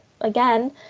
again